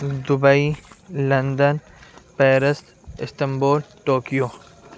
Dubai London Paris Istanbul Tokyo